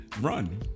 run